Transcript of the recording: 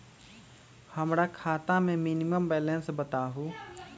हमरा खाता में मिनिमम बैलेंस बताहु?